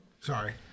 Sorry